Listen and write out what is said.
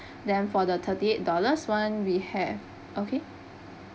then for the thirty eight dollars one we have okay